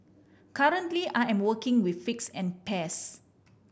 currently I am working with figs and pears